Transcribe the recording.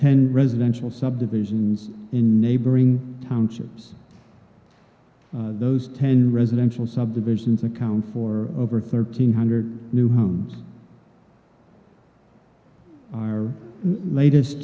ten residential subdivisions in neighboring townships those ten residential subdivisions account for over thirteen hundred new homes are latest